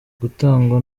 gutangwa